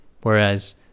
Whereas